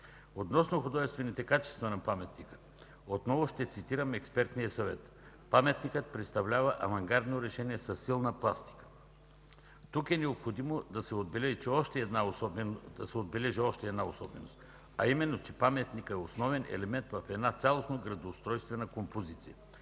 Относно художествените качества на паметника отново ще цитирам експертния съвет: „Паметникът представлява авангардно решение със силна пластика”. Тук е необходимо да се отбележи и още една особеност, а именно, че паметникът е основен елемент в цялостна градоустройствена композиция